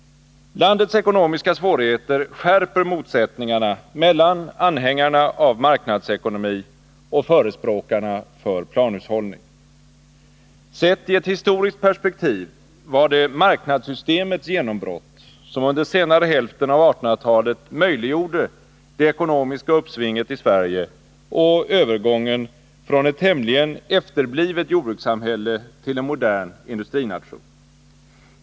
Landets ekonomiska svårigheter skärper motsättningarna mellan anhängarna av marknadsekonomi och förespråkarna för planhushållning. Sett i ett historiskt perspektiv var det marknadssystemets genombrott, som under senare hälften av 1800-talet möjliggjorde det ekonomiska uppsvinget i Sverige och övergången från ett tämligen efterblivet jordbrukssamhälle till en modern industrination.